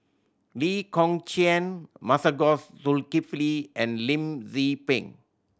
Lee Kong Chian Masagos Zulkifli and Lim Tze Peng